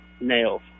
nails